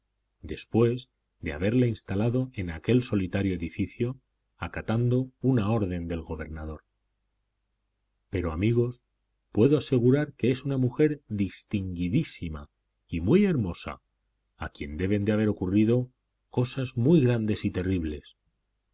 después de haberla instalado en aquel solitario edificio acatando una orden del gobernador pero amigos puedo asegurar que es una mujer distinguidísima y muy hermosa a quien deben de haber ocurrido cosas muy grandes y terribles